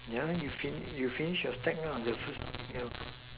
yeah you finish you finish your stack ah the first ya